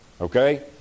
Okay